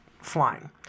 flying